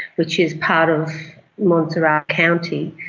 which is part of montserrat county,